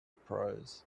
prose